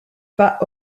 pas